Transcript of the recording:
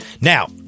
Now